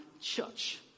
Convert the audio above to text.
church